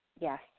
Yes